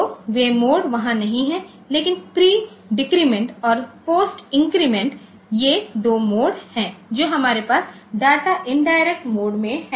तो वे मोड वहाँ नहीं हैं लेकिन प्री डिक्रीमेंट और पोस्ट इन्क्रीमेंट ये दो मोड हैं जो हमारे पास डाटा इंडिरेक्ट मोड में हैं